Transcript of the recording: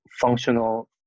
functional